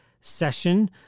session